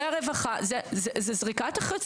זה הרווחה" זה זריקת אחריות.